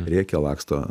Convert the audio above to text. rėkia laksto